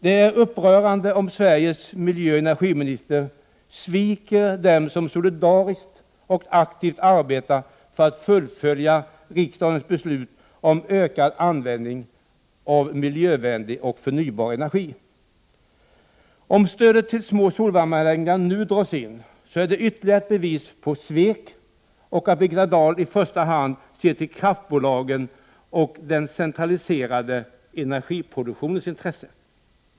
Det är upprörande om Sveriges miljöoch energiminister sviker dem som solidariskt och aktivt arbetar för att fullfölja riksdagens beslut om ökad användning av miljövänlig och förnybar energi. Om stödet till små solvärmeanläggningar nu dras in är det ytterligare ett bevis på svek och på att Birgitta Dahl i första hand ser till kraftbolagens och den centraliserade energiproduktionens intressen.